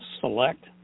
Select